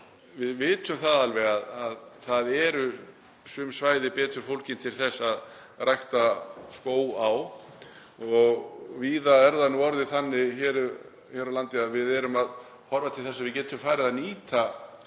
við vitum alveg að það eru sum svæði betur fólgin til að rækta skóg á og víða er það orðið þannig hér á landi að við erum að horfa til þess að geta farið að nýta